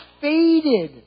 faded